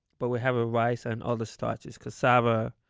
but we have ah rice and other starches cassava,